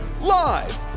Live